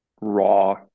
raw